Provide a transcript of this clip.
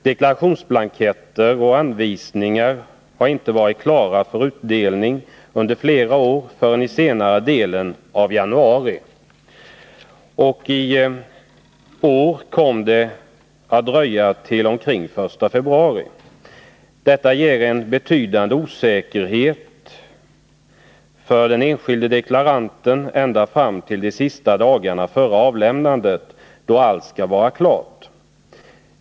Deklarationsblanketter och anvisningar har under flera år inte varit klara för utdelning förrän i senare delen av januari, och i år kom det att dröja till omkring den 1 februari. Detta ger en betydande osäkerhet för den enskilde deklaranten ända fram till de sista dagarna före avlämnandet, då allt skall vara klart.